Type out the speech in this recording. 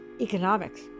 Economics